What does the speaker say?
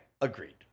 Agreed